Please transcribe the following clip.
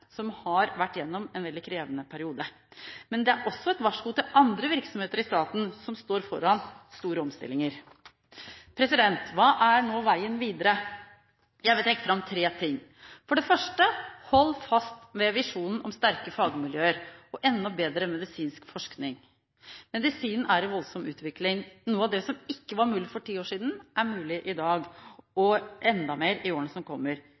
som har vært gjennom en veldig krevende periode. Det er også et varsko til andre virksomheter i staten som står foran store omstillinger. Hva er nå veien videre? Jeg vil trekke fram tre ting. For det første: Hold fast ved visjonen om sterke fagmiljøer og enda bedre medisinsk forskning. Medisinen er i voldsom utvikling. Noe av det som ikke var mulig for ti år siden, er mulig i dag og enda mer i årene som kommer.